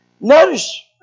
Notice